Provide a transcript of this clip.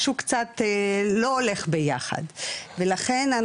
משהו קצת לא מסתדר ביחד ולכן,